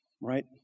right